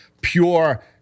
pure